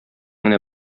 генә